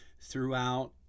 throughout